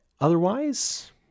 Otherwise